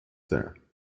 there